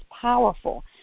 powerful